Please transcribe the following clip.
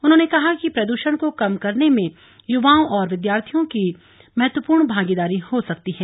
उन्होंने कहा कि प्रदूषण को कम करने में युवाओं और विद्यार्थियों की महत्वपूर्ण भागीदारी हो सकती है